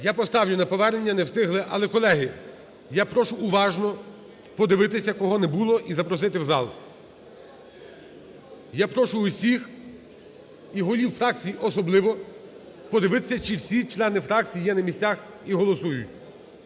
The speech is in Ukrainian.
Я поставлю на повернення, не встигли. Але, колеги, я прошу уважно подивитися кого не було і запросити в зал. Я прошу усіх і голів фракцій особливо, подивитися, чи всі члени фракцій є на місцях і голосують.